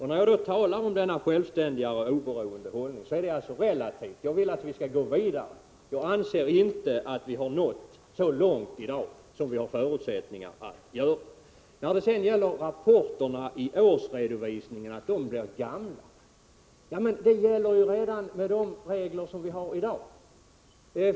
När jag då talar om denna självständiga och oberoende hållning är det relativt menat. Jag vill att vi skall gå vidare. Jag anser inte att vi i dag har nått så långt som har vi har förutsättningar att göra. Rapporterna i årsredovisningarna blir gamla, säger Nic Grönvall. Så är det ju redan med de regler vi har i dag!